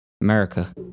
america